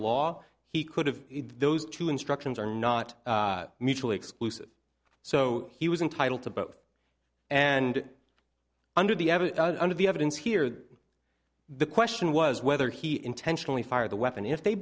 law he could have those two instructions are not mutually exclusive so he was entitled to both and under the under the evidence here the question was whether he intentionally fire the weapon if they